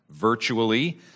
virtually